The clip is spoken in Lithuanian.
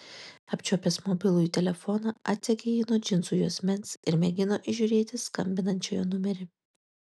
apčiuopęs mobilųjį telefoną atsegė jį nuo džinsų juosmens ir mėgino įžiūrėti skambinančiojo numerį